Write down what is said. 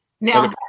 Now